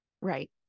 Right